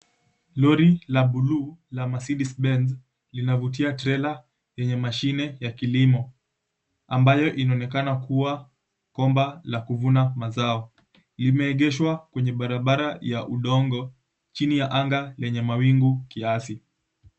Lori la blue la 'Mercedes Benz', linavutia trela yenye mashine ya kilimo ambayo inaonekana kuwa komba la kuvuna mazao. Limeegeshwa kwenye barabara ya udongo, chini ya anga lenye mawingu kiasi.